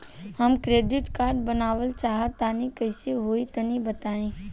हम credit card बनवावल चाह तनि कइसे होई तनि बताई?